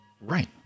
right